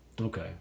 Okay